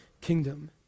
kingdom